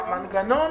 המנגנון